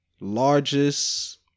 largest